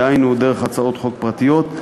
דהיינו דרך הצעות חוק פרטיות.